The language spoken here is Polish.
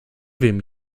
wiem